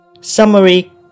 Summary